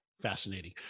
fascinating